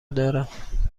دارم